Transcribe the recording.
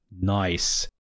Nice